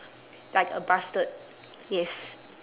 like a bastard yes